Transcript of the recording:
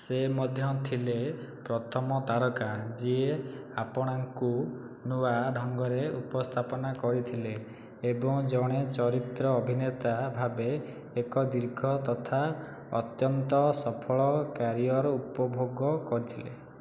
ସେ ମଧ୍ୟ ଥିଲେ ପ୍ରଥମ ତାରକା ଯିଏ ଆପଣାଙ୍କୁ ନୂଆ ଢଙ୍ଗରେ ଉପସ୍ଥାପନ କରିଥିଲେ ଏବଂ ଜଣେ ଚରିତ୍ର ଅଭିନେତା ଭାବେ ଏକ ଦୀର୍ଘ ତଥା ଅତ୍ୟନ୍ତ ସଫଳ କ୍ୟାରିଅର୍ ଉପଭୋଗ କରିଥିଲେ